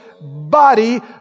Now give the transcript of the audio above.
body